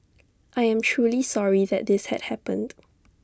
I am truly sorry that this had happened